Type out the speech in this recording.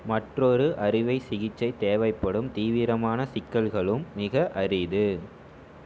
மற்றொரு அறுவை சிகிச்சை தேவைப்படும் தீவிரமான சிக்கல்களும் மிக அரிது